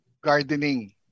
gardening